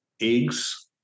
eggs